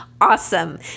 awesome